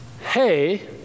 Hey